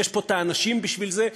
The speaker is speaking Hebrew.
ויש פה אנשים בשביל זה,